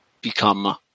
become